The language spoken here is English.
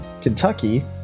kentucky